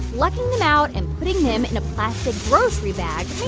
plucking them out and putting them in a plastic grocery bag,